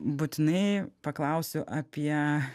būtinai paklausiu apie